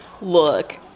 Look